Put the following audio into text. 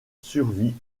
survie